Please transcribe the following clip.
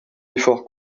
effort